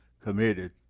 committed